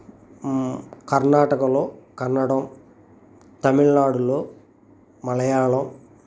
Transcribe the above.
కర్ణాటకలో కన్నడం తమిళ్నాడులో మలయాళం